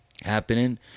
happening